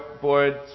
boards